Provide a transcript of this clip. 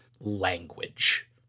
language